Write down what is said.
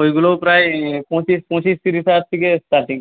ওইগুলোও প্রায় পঁচিশ পঁচিশ তিরিশ হাজার থেকে স্টার্টিং